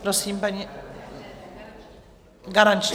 Prosím, paní... Garančnímu.